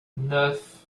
neuf